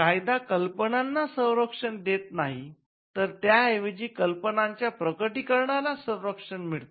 कायदा कल्पनांना संरक्षण देत नाही तर त्याऐवजी कल्पनांच्या प्रकटीकरणाला संरक्षण मिळते